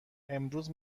امروز